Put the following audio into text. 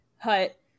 hut